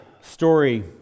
story